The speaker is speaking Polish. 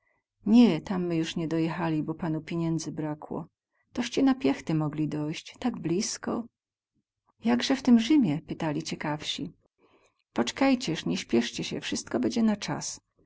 nie tam my juz nie dojechali bo panu piniędzy brakło toście na piechty mogli dojść tak blisko jakze w tym rzymie pytali ciekawsi pockajciez nie spieście sie wsyćko bedzie na cas